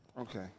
Okay